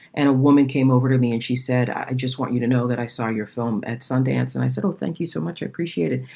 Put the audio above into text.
and a woman came over to me and she said, i just want you to know that i saw your film at sundance. and i said, thank you so much appreciated.